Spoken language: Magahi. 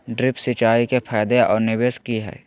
ड्रिप सिंचाई के फायदे और निवेस कि हैय?